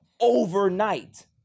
overnight